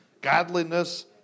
godliness